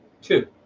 two